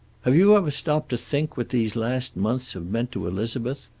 have you ever stopped to think what these last months have meant to elizabeth?